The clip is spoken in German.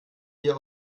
wir